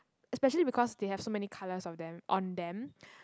especially because they have so many colors of them on them